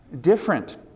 different